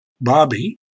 Bobby